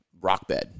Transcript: Rockbed